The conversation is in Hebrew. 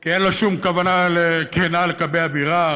כי אין בו שום כוונה כנה לגבי הבירה.